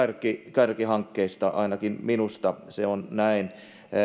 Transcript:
kärkihankkeista ainakin minusta se on näin